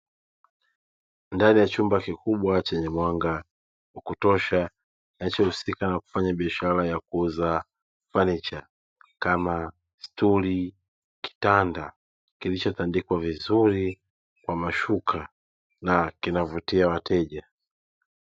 Ndani ya chumba kikubwa chenye mwanga wa kutosha kinachohusika na kufanya biashara ya kuuza fanicha kama stuli, kitanda kilishatandikwa vizuri kwa mashuka na kinavutia wateja.